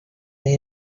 they